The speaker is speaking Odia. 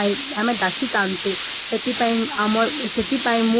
ଆମେ ଡ଼ାକିଥାନ୍ତୁ ସେଥିପାଇଁ ଆମର୍ ସେଥିପାଇଁ ମୁଁ ବ୍ରାହ୍ମଣ ବିଷୟରେ ସବୁକିଛି କହିଦେଇ ସାରିଛି